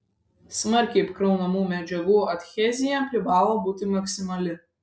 smarkiai apkraunamų medžiagų adhezija privalo būti maksimali